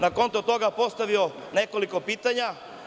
Na konto toga postavio bih nekoliko pitanja.